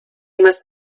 must